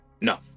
No